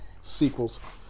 sequels